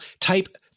type